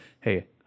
Hey